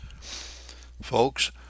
Folks